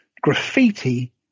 graffiti